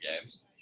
games